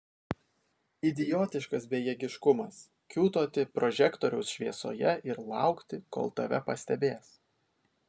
idiotiškas bejėgiškumas kiūtoti prožektoriaus šviesoje ir laukti kol tave pastebės